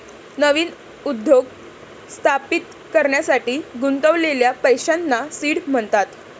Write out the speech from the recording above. नवीन उद्योग स्थापित करण्यासाठी गुंतवलेल्या पैशांना सीड म्हणतात